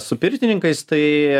su pirtininkais tai